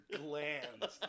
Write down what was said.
glands